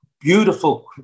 beautiful